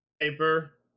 Paper